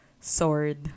sword